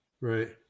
Right